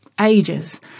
ages